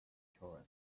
children